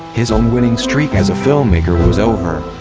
his own winning streak as a filmmaker was over.